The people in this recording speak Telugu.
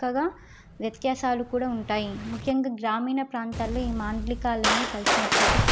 చక్కగా వ్యత్యాసాలు కూడా ఉంటాయి ముఖ్యంగా గ్రామీణ ప్రాంతాలలో ఈ మాండలికాలు అన్నీ కలిసినప్పటికి